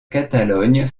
catalogne